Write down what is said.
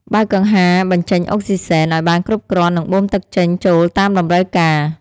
បើកកង្ហាបញ្ចេញអុកស៊ីហ្សែនឲ្យបានគ្រប់គ្រាន់ និងបូមទឹកចេញចូលតាមតម្រូវការ។